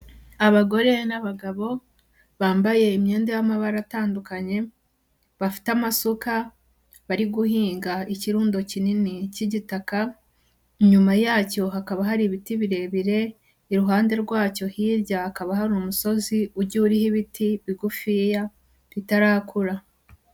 Abagore n'abagabo bambaye imyenda y'amabara atandukanye, bafite amasuka, bari guhinga ikirundo kinini cy'igitaka, inyuma yacyo hakaba hari ibiti birebire, iruhande rwacyo hirya hakaba hari umusozi ugiye uriho ibiti bigufiya bitarakura.